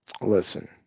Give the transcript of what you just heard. Listen